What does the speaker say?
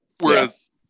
Whereas